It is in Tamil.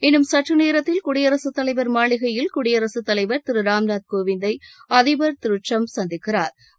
இன்னும் சற்றுநேரத்தில் குடியரசுத் தலைவர் மாளிகையில் குடியரசுத் தலைவர் திரு ராம்நாத் கோவிந்தை அதிபர் திரு டிரம்ப் சந்திக்கிறா்